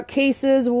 cases